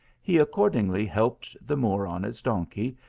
he accordingly helped the moor on his donkey,